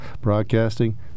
Broadcasting